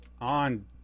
on